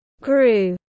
grew